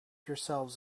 yourselves